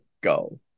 go